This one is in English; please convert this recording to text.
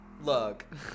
Look